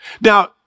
Now